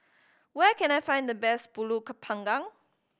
where can I find the best Pulut Panggang